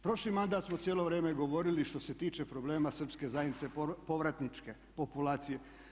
Prošli mandat smo cijelo vrijeme govorili što se tiče problema srpske zajednice povratničke populacije.